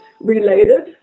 related